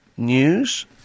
News